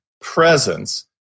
presence